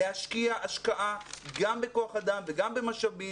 להשקיע השקעה גם בכוח אדם וגם במשאבים